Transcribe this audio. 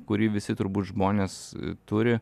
kurį visi turbūt žmonės turi